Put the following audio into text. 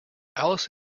alice